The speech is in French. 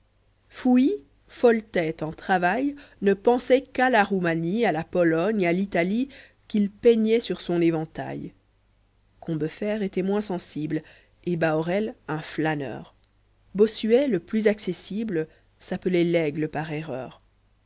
fouilly folle tète en travail ne pensait qu'à la roumanie a la pplogne à l'italie qu'il peignait sur son éventail combeferre était moins sensible et bahorel un flâneur bossuet le plus accessible s'appelait laigle par erreur